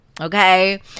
Okay